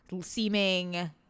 seeming